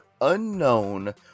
unknown